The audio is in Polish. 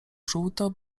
żółto